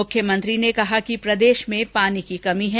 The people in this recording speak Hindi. मुख्यमंत्री ने कहा कि प्रदेश में पानी की कमी है